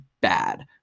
bad